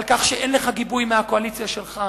על כך שאין לך גיבוי מהקואליציה שלך,